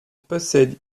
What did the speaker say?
possède